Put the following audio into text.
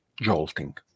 jolting